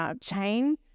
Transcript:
chain